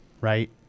right